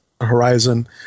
Horizon